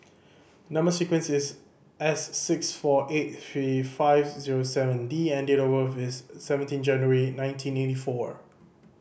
number sequence is S six four eight three five zero seven D and date of birth is seventeen January nineteen eighty four